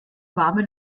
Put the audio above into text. warme